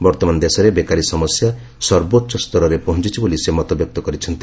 ବର୍ତ୍ତମାନ ଦେଶରେ ବେକାରୀ ସମସ୍ୟା ସର୍ବୋଚ୍ଚ ସ୍ତରରେ ପହଞ୍ଚିଛି ବୋଲି ସେ ମତବ୍ୟକ୍ତ କରିଛନ୍ତି